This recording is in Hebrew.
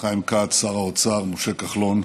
חיים כץ, שר האוצר משה כחלון,